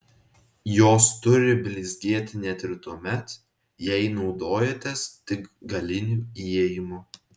jos turi blizgėti net ir tuomet jei naudojatės tik galiniu įėjimu